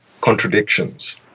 contradictions